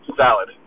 salad